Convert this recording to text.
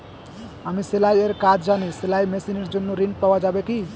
আমি সেলাই এর কাজ জানি সেলাই মেশিনের জন্য ঋণ পাওয়া যাবে কি?